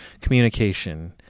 communication